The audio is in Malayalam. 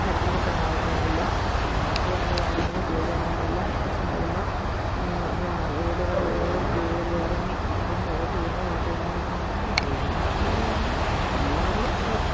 തരത്തിലും സഹായിക്കാറില്ല നമുക്ക് വേണ്ട കാര്യങ്ങളും ചെയ്തു തരാറില്ല ഇലക്ഷൻ വരുമ്പം വീടുകള് കയറി ഇറങ്ങി നിരങ്ങി വോട്ട് ചെയ്യണേ വോട്ട് ചെയ്യണേ എന്ന് പറഞ്ഞ് നടക്കും അത് കഴിയുമ്പം നമ്മളെ വേണ്ട അത് തന്നെ ഉള്ളൂ അവർക്ക്